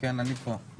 כן אני פה.